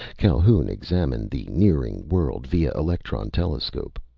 calhoun examined the nearing world via electron telescope.